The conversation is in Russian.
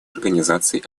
организации